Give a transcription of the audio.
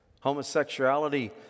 Homosexuality